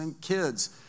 kids